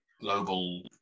global